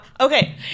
okay